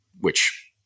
which-